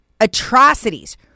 atrocities